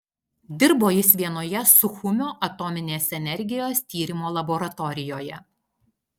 dirbo jis vienoje suchumio atominės energijos tyrimo laboratorijoje